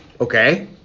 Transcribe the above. Okay